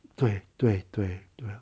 对对对对